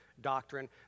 doctrine